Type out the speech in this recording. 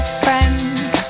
friends